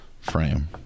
frame